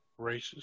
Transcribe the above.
Racist